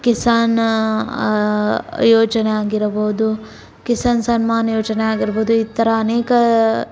ಕಿಸಾನ್ ಯೋಜನೆ ಆಗಿರಬಹುದು ಕಿಸಾನ್ ಸನ್ಮಾನ್ ಯೋಜನೆ ಆಗಿರ್ಬೋದು ಈ ಥರ ಅನೇಕ